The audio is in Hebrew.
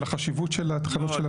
של החשיבות של התחנות?